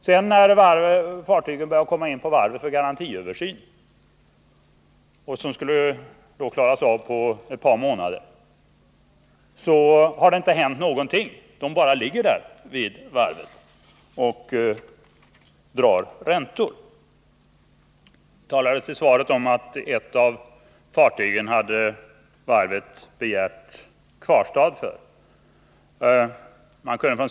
Sedan fartygen togs in på varvet för garantiöversyn, som skulle klaras av på ett par månader, har det inte hänt någonting. De bara ligger där vid varvet och drar räntor. I svaret nämndes att varvet hade begärt kvarstad för ett av fartygen.